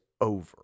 over